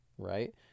Right